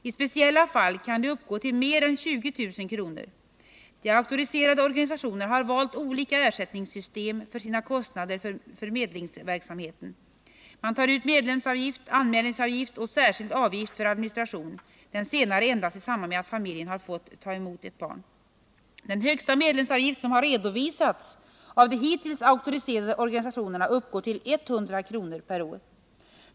I speciella fall kan de uppgå till mer än 20 000 kr. De auktoriserade organisationerna har valt olika ersättningssystem för sina kostnader för förmedlingsverksamheten. Man tar ut medlemsavgift, anmälningsavgift och särskilt avgift för administration, den senare endast i samband med att familjen har fått ta emot ett barn. Den högsta medlemsavgift som har redovisats av de hittills auktoriserade organisationerna uppgår till 100 kr. per år.